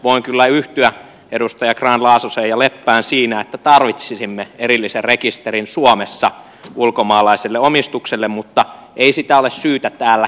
voin kyllä yhtyä edustaja grahn laasoseen ja leppään siinä että tarvitsisimme erillisen rekisterin suomessa ulkomaalaiselle omistukselle mutta ei sitä ole syytä täällä kieltää